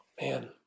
Man